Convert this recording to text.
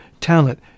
talent